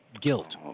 guilt